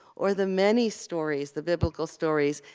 or the many stories, the biblical stories,